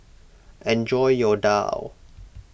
enjoy your Daal